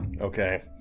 Okay